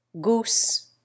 Goose